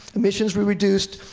emissions were reduced,